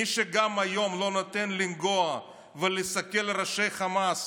מי שגם היום לא נותן לנגוע ולסכל ראשי חמאס,